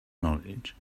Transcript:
knowledge